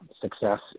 success